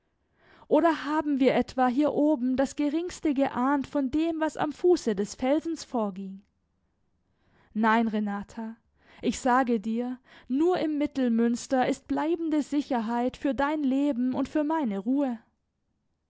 oder haben wir etwa hier oben das geringste geahnt von dem was am fuße des felsens vorging nein renata ich sage dir nur im mittelmünster ist bleibende sicherheit für dein leben und für meine ruhe